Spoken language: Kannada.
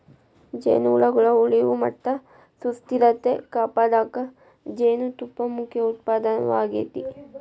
ಜೇನುಹುಳಗಳ ಉಳಿವು ಮತ್ತ ಸುಸ್ಥಿರತೆ ಕಾಪಾಡಕ ಜೇನುತುಪ್ಪ ಮುಖ್ಯ ಉತ್ಪನ್ನವಾಗೇತಿ